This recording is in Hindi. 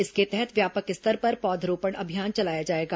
इसके तहत व्यापक स्तर पर पौधरोपण अभियान चलाया जाएगा